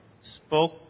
spoke